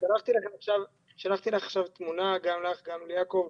שלחתי לך עכשיו תמונה, גם לך וגם ליעקב,